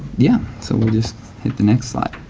yeah so we'll just hit the next slide.